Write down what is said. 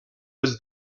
was